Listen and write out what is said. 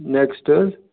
next حظ